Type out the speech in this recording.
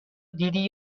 دیدی